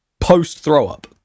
post-throw-up